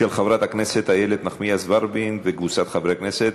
של חברת הכנסת איילת נחמיאס ורבין וקבוצת חברי הכנסת.